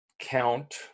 count